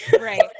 Right